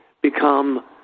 become